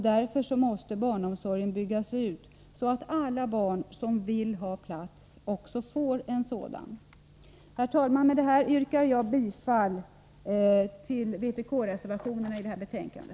Därför måste barnomsorgen byggas ut så att alla barn som vill ha plats också får en sådan. Herr talman! Med detta yrkar jag bifall till vpk-reservationerna i detta betänkande.